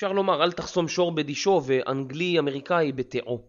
אפשר לומר אל תחסום שור בדישו ואנגלי אמריקאי בתיאו